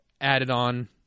added-on